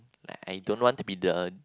like I don't want to be the